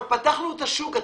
פתחנו את השוק.